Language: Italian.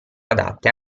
adatte